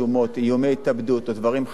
איומי התאבדות או דברים אחרים,